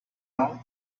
out